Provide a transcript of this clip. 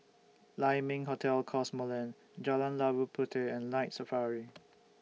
Lai Ming Hotel Cosmoland Jalan Labu Puteh and Night Safari